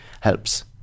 helps